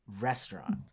restaurant